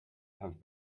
have